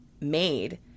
made